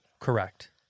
Correct